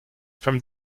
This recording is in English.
from